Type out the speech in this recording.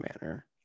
manner